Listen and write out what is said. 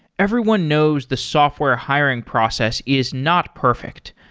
everyone knows the software hiring process is not perfect.